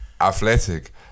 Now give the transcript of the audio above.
athletic